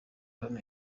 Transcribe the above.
hano